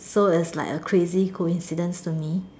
so it's like a crazy coincidence to me